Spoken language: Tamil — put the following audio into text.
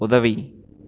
உதவி